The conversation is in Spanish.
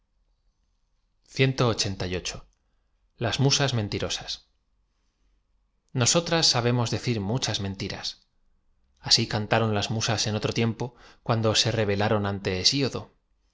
las musas menhroías nosotras sabemos decir muchas m entiras asi cantaron las musas en otro tiempo cuando se revela ron ante